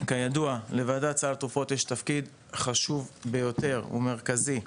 כידוע לוועדת סל התרופות יש תפקיד חשוב ביותר ומרכזי,